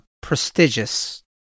prestigious